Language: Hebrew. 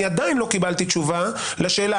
אני עדיין לא קיבלתי תשובה לשאלה,